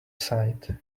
side